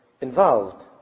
involved